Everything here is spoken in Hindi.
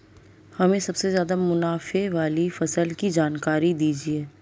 हमें सबसे ज़्यादा मुनाफे वाली फसल की जानकारी दीजिए